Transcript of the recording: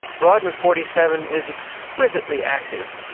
brodmann forty seven is exquisitely active,